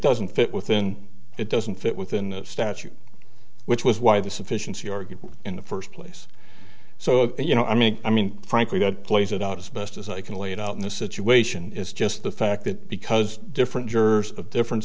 doesn't fit within it doesn't fit within the statute which was why the sufficiency or good in the first place so you know i mean i mean frankly god plays it out as best as i can lay it out in this situation is just the fact that because different jurors have different